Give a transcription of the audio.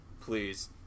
please